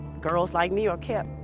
girls like me are kept.